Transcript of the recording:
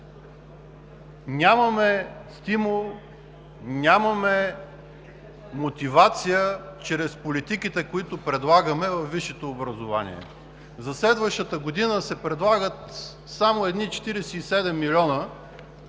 Нямаме стимул, нямаме мотивация чрез политиките, които предлагаме във висшето образование. За следващата година се предлагат само едни 47 млн.